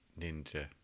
Ninja